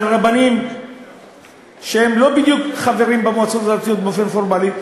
רבנים שהם לא בדיוק חברים במועצות הדתיות באופן פורמלי,